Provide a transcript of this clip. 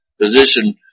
position